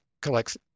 collects